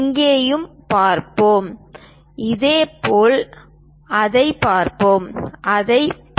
இங்கேயும் பார்ப்போம் இதேபோல் அதைப் பார்ப்போம் அதைப் பார்ப்போம்